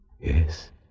Yes